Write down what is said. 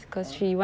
mm